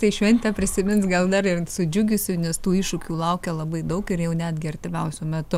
tai šventę prisimins gal dar ir su džiugesiu nes tų iššūkių laukia labai daug ir jau netgi artimiausiu metu